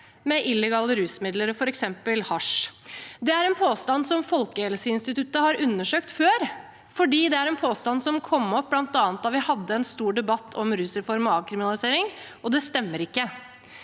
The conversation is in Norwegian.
med illegale rusmidler og f.eks. hasj. Det er en påstand som Folkehelseinstituttet har undersøkt før, fordi påstanden kom opp bl.a. da vi hadde en stor debatt om rusreform og avkriminalisering, og den stemmer ikke.